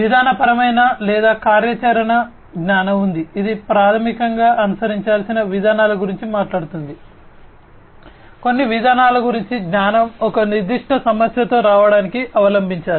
విధానపరమైన లేదా కార్యాచరణ జ్ఞానం ఉంది ఇది ప్రాథమికంగా అనుసరించాల్సిన విధానాల గురించి మాట్లాడుతుంది కొన్ని విధానాల గురించి జ్ఞానం ఒక నిర్దిష్ట సమస్యతో రావడానికి అవలంబించాలి